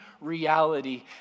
reality